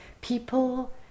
People